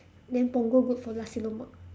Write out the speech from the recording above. then punggol good for nasi lemak